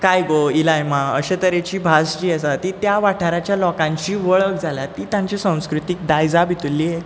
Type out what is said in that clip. काय गो इलाय मा अशे तरेची भास जी आसा ती त्या वाठाराच्या लोकांची वळख जाल्या ती ताचे संस्कृतीक दायजा भितरली एक